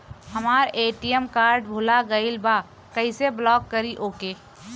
हमार ATM card भूला गईल बा कईसे ब्लॉक करी ओके?